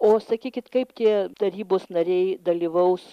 o sakykit kaip tie tarybos nariai dalyvaus